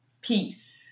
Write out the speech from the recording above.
peace